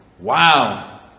Wow